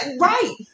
right